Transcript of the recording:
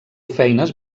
feines